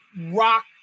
rock